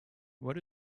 what